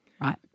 Right